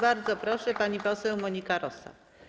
Bardzo proszę, pani poseł Monika Rosa.